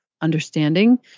understanding